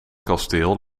kasteel